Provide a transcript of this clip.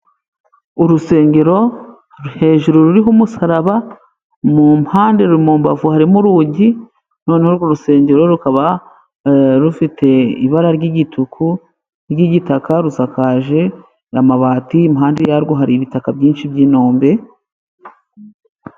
Urusengero hejuru ruriho umusaraba, mu mpande mu mbavu harimo urugi , noneho urwo rusengero rukaba rufite ibara ry'igitaka , rusakaje amabati . Impande yarwo hari ibitaka byinshi by'inombe.